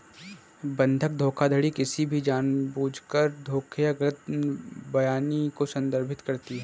बंधक धोखाधड़ी किसी भी जानबूझकर धोखे या गलत बयानी को संदर्भित करती है